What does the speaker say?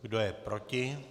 Kdo je proti?